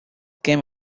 came